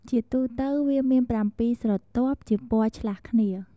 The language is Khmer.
ជាទូទៅវាមានប្រាំពីរស្រទាប់ជាពណ៌ឆ្លាស់គ្នា។